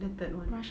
the third one